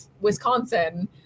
Wisconsin